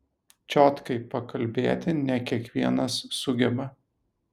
čiotkai pakalbėti ne kiekvienas sugeba